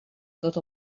tot